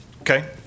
okay